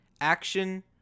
action